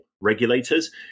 regulators